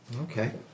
Okay